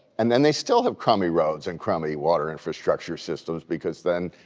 and then they still have crummy roads and crummy water infrastructure systems because then,